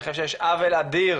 אני חושב שיש עוול אדיר